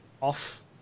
off